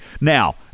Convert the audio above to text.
now